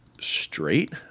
straight